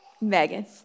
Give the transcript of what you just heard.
Megan